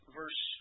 verse